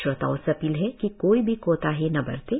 श्रोताओं से अपील है कि कोई भी कोताही न बरतें